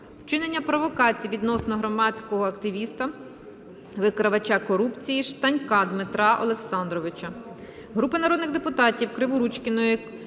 вчинення провокації відносно громадського активіста, викривача корупції Штанька Дмитра Олександровича.